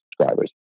subscribers